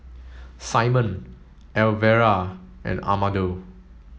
Simon Elvera and Amado